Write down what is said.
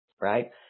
right